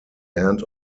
end